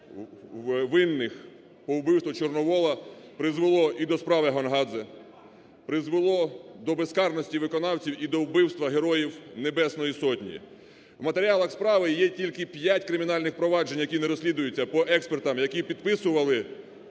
винних по вбивству Чорновола призвело і до справи Гонгадзе, призвело до безкарності виконавців і до вбивства героїв Небесної Сотні. У матеріалах справи є тільки п'ять кримінальних проваджень, які не розслідуються, по експертам, які підписували